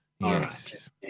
Yes